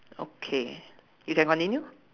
okay you can continue